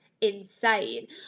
insane